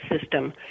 system